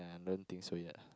I don't think so yet ah